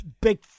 Big